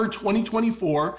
2024